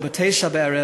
לא ב-21:00,